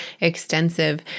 extensive